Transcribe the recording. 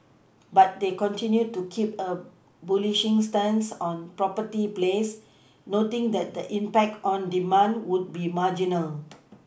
but they continued to keep a bullish stance on property plays noting that the impact on demand would be marginal